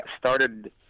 started